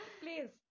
please